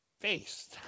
face